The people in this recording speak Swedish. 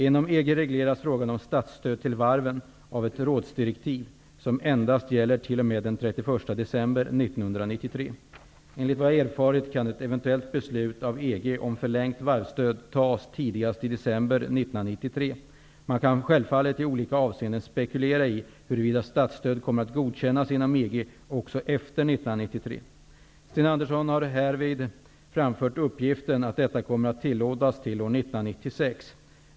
Inom EG reglerar frågan om statsstöd till varven av ett rådsdirektiv, som dock endast gäller t.o.m. den 31 december 1993. Enligt vad jag erfarit kan ett eventuellt beslut av EG om förlängt varvsstöd fattas tidigast i december 1993. Man kan självfallet i olika avseenden spekulera i huruvida statsstöd kommer att godkännas inom EG också efter 1993. Sten Andersson har därvid framfört uppgiften att detta kommer att tillåtas till år 1996.